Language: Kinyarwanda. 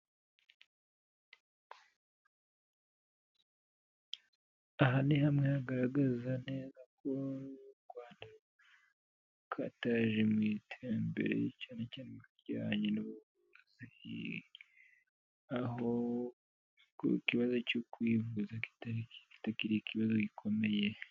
Aha ni hamwe hagaragaza neza ko u Rwanda rwakataje mu iterambere cyane cyane mu bijyanye n'ubuvuzi aho ku kibazo cyo kwivuza kitariki ikibazo gikomeye.